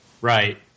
Right